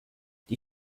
die